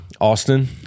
Austin